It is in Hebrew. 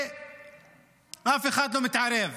ואף אחד לא מתערב.